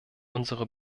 unsere